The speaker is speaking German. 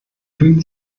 fühlt